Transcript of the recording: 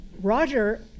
Roger